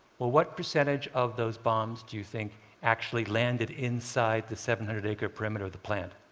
well what percentage of those bombs do you think actually landed inside the seven hundred acre perimeter of the plant?